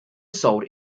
sold